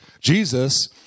Jesus